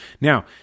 Now